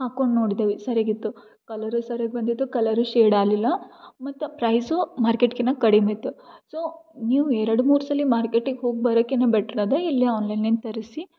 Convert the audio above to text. ಹಾಕೊಂಡು ನೋಡ್ದೇವು ಸರ್ಯಾಗಿ ಇತ್ತು ಕಲ್ಲರು ಸರ್ಯಾಗಿ ಬಂದಿತ್ತು ಕಲ್ಲರು ಶೇಡ್ ಆಗಲಿಲ್ಲ ಮತ್ತು ಪ್ರೈಸು ಮಾರ್ಕೆಟ್ಗಿನ್ನ ಕಡಿಮೆ ಇತ್ತು ಸೊ ನೀವು ಎರಡು ಮೂರು ಸಲ ಮಾರ್ಕೆಟಿಗೆ ಹೋಗ್ಬರೋಕಿನ್ನ ಬೆಟ್ರ್ ಅದು ಇಲ್ಲಿ ಆನ್ಲೈನ್ಯಿಂದ ತರಿಸಿ